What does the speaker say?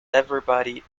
everybody